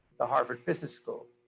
the harvard business school.